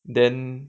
then